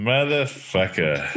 Motherfucker